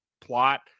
plot